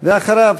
ואחריו,